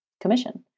commission